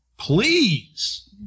Please